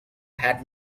had